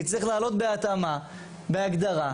יצטרך לעלות בהתאמה בהגדרה,